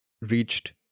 reached